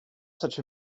such